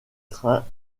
train